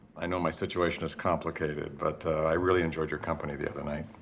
i know my situation is complicated, but i really enjoyed your company the other night.